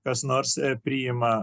kas nors priima